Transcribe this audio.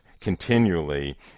continually